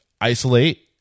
Isolate